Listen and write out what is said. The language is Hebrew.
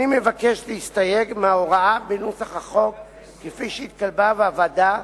הנני מבקש להסתייג מההוראה בנוסח החוק כפי שהתקבלה בוועדה,